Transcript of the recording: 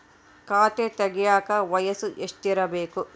ಖಾತೆ ತೆಗೆಯಕ ವಯಸ್ಸು ಎಷ್ಟಿರಬೇಕು?